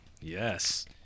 Yes